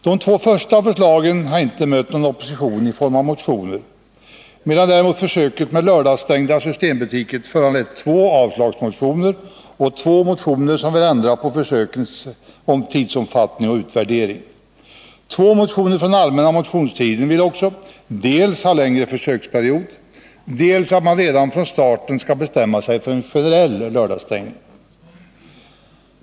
De två första förslagen har inte mött någon opposition i form av motioner, medan däremot förslaget till försök med lördagsstängda systembutiker föranlett två avslagsmotioner och två motioner där motionärerna vill ändra på försökets tidsomfattning och utvärderingen av försöket. I två motioner från allmänna motionstiden vill motionärerna också dels ha längre försöksperiod, dels att man redan från starten skall bestämma sig för generell lördagsstängning.